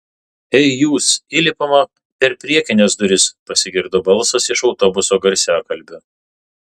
ei jūs įlipama per priekines duris pasigirdo balsas iš autobuso garsiakalbio